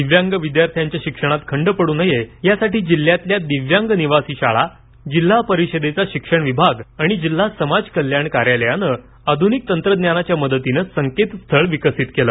दिव्यांग विद्यार्थांच्या शिक्षणात खंड पडू नये याकरता जिल्ह्यातील दिव्यांग निवासी शाळा जिल्हा परिषदेचा शिक्षण विभाग आणि जिल्हा समाज कल्याण कार्यालयानं आधुनिक तंत्रज्ञानाच्या मदतीनंसंकेतस्थळ विकसीत केलं